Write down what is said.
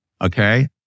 Okay